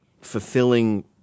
fulfilling